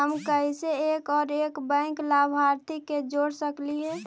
हम कैसे एक और बैंक लाभार्थी के जोड़ सकली हे?